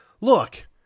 look